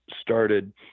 started—